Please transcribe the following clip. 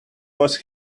was